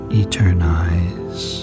eternize